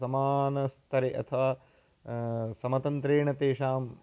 समानस्तरे अथवा समतन्त्रेण तेषां